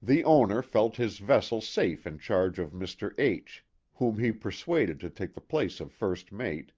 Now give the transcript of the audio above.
the owner felt his vessel safe in charge of mr. h whom he persuaded to take the place of first mate